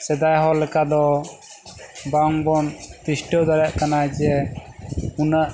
ᱥᱮᱫᱟᱭ ᱦᱚᱲ ᱞᱮᱠᱟ ᱫᱚ ᱵᱟᱝ ᱵᱚᱱ ᱛᱤᱥᱴᱟᱹᱣ ᱫᱟᱲᱮᱭᱟᱜ ᱠᱟᱱᱟ ᱡᱮ ᱩᱱᱟᱹᱜ